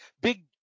big